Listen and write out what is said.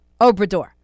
Obrador